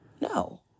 No